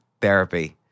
therapy